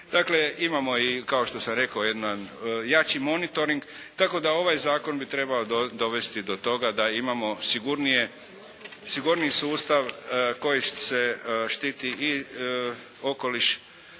okolišu. Imamo, kao što sam rekao, jedan jači monitoring, tako da ovaj Zakon bi trebao dovesti do toga da imamo sigurniji sustav koji štiti i okoliš